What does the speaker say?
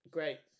Great